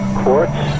quartz